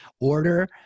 order